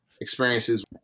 experiences